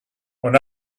when